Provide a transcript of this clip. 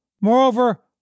Moreover